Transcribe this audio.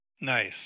Nice